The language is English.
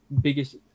biggest